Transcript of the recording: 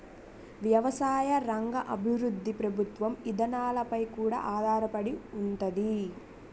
ఎవసాయ రంగ అభివృద్ధి ప్రభుత్వ ఇదానాలపై కూడా ఆధారపడి ఉంతాది